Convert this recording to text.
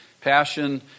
passion